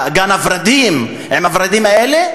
גן-הוורדים, עם הוורדים האלה,